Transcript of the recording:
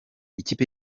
ikipe